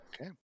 Okay